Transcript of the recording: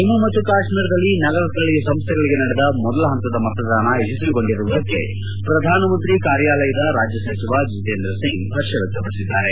ಜಮ್ನು ಮತ್ತು ಕಾಶ್ತೀರದಲ್ಲಿ ನಗರ ಸ್ಥಳೀಯ ಸಂಸ್ಥೆಗಳಗೆ ನಡೆದ ಮೊದಲ ಹಂತದ ಮತದಾನ ಯಶಸ್ವಿಗೊಂಡಿರುವುದಕ್ಕೆ ಪ್ರಧಾನಮಂತ್ರಿ ಕಾರ್ಯಾಲಯದ ರಾಜ್ಯ ಸಚಿವ ಜಿತೇಂದ್ರ ಸಿಂಗ್ ಹರ್ಷ ವ್ಯಕ್ತಪಡಿಸಿದ್ದಾರೆ